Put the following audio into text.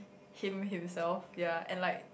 him himself yea and like